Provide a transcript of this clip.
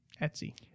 etsy